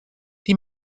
die